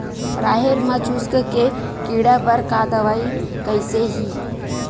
राहेर म चुस्क के कीड़ा बर का दवाई कइसे ही?